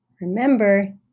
remember